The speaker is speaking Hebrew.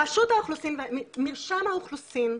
מרשם האוכלוסין,